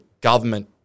government